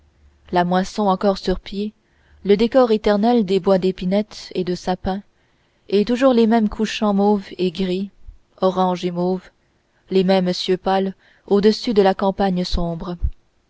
la moisson encore sur pied le décor éternel des bois d'épinettes et de sapins et toujours les mêmes couchants mauve et gris orange et mauve les mêmes cieux pâles au-dessus de la campagne sombre